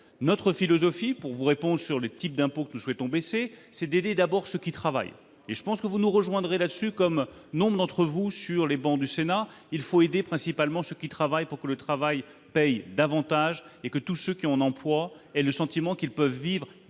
Notre philosophie, pour vous répondre sur le type d'impôts que nous souhaitons baisser, c'est d'aider d'abord ceux qui travaillent. Je pense que vous serez d'accord avec nous sur ce point, comme un bon nombre de vos collègues sur les travées du Sénat : il faut aider principalement ceux qui travaillent pour que le travail paie davantage et que tous ceux qui ont un emploi aient le sentiment qu'ils peuvent en vivre